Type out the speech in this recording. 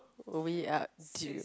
we are